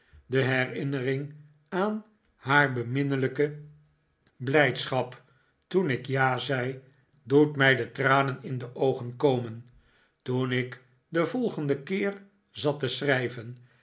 vol stilblijdschap toen ik ja zei doet mij de tranen in de oogen komen toen ik den volgenden keer zat te schrijven